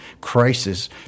crisis